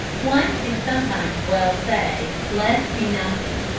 one can sometimes well say, blessed be nothing.